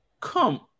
Come